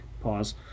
pause